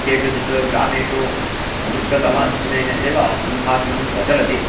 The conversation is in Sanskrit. केषुचित् ग्रामेषु संस्कृतमाध्यमेन एव सम्भाषणं प्रचलति